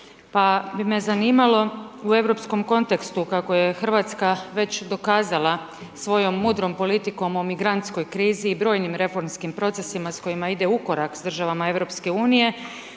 pa bi me zanimalo u europskom kontekstu, kako je RH već dokazala svojom mudrom politikom o migrantskoj krizi i brojnim reformskim procesima s kojima ide ukorak s državama EU,